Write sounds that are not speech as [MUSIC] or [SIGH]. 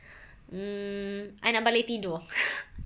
mm I nak balik tidur [LAUGHS]